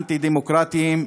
אנטי-דמוקרטיים,